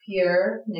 Pierre